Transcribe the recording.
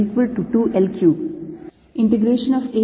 y direction2ydxdz